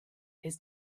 his